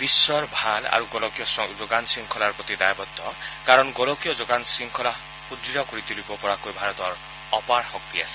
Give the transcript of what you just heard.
বিশ্বৰ ভাল গোলকীয় যোগান শৃংখলাৰ প্ৰতি দ্বায়বদ্ধ কাৰণ গোলকীয় যোগান শৃংখলা শক্তিশালী কৰি তুলিবলৈ ভাৰতৰ অপাৰ শক্তি আছে